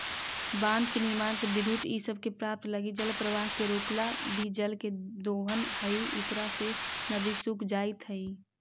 बाँध के निर्माण से विद्युत इ सब के प्राप्त लगी जलप्रवाह के रोकला भी जल के दोहन हई इकरा से नदि सूख जाइत हई